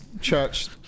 church